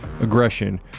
aggression